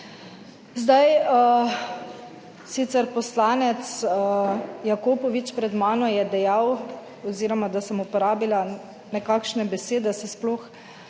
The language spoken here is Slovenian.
Zdaj sicer poslanec Jakopovič pred mano je dejal oziroma, da sem uporabila nekakšne besede, se sploh